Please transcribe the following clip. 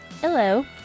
Hello